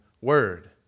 Word